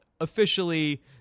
officially